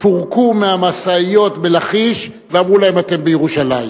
פורקו מהמשאיות בלכיש ואמרו להם: אתם בירושלים.